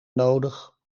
nodig